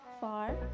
far